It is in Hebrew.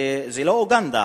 זה לא אוגנדה,